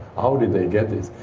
how did they get this?